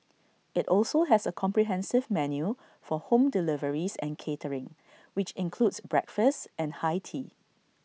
IT also has A comprehensive menu for home deliveries and catering which includes breakfast and high tea